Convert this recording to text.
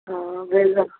हँ